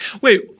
Wait